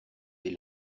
des